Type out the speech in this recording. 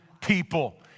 people